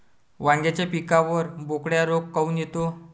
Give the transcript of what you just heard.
वांग्याच्या पिकावर बोकड्या रोग काऊन येतो?